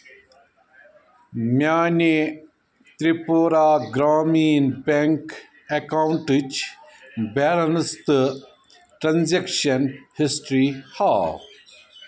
میٛانہِ تِرٛپوٗرا گرٛامیٖن بیٚنٛک اٮ۪کاونٹٕچ بیلینٕس تہٕ ٹرٛانزیکشن ہِسٹرٛی ہاو